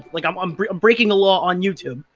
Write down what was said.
like, i'm um i'm breaking a law on youtube.